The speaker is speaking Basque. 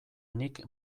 nik